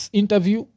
interview